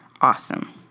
awesome